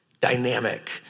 dynamic